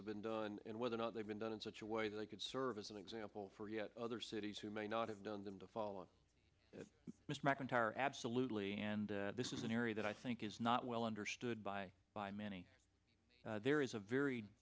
exercises been done and whether or not they've been done in such a way that they could serve as an example for yet other cities who may not have done them to follow mr mcintyre absolutely and this is an area that i think is not well understood by by many there is a very